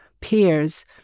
peers